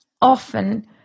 often